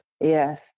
Yes